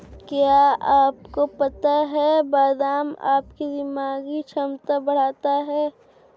क्या आपको पता है बादाम आपकी दिमागी क्षमता बढ़ाता है?